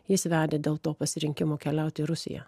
jis vedė dėl to pasirinkimo keliauti į rusiją